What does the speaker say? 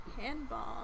Handball